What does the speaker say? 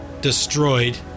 destroyed